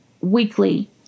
weekly